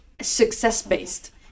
success-based